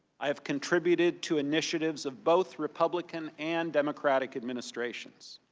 i have contributed to initiatives of both republican and democratic administration.